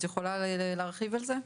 את יכולה להרחיב על זה?